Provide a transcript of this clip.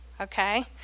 okay